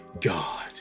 God